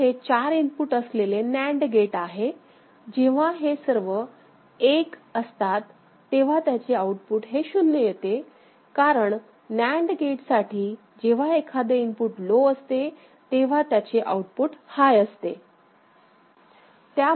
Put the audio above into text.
तर हे चार इनपुट असलेले NAND गेट आहे जेव्हा हे सर्व 1 असतात तेव्हा त्याचे आउटपुट हे 0 येते कारण NAND गेट साठी जेव्हा एखादे इनपुट लो असते तेव्हा त्याचे आउटपुट हाय असते